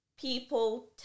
people